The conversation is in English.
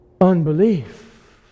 unbelief